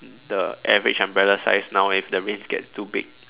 the average umbrella size now if the rain gets too big